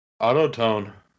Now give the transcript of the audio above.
Autotone